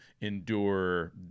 endure